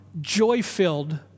joy-filled